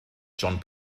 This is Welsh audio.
john